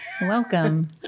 Welcome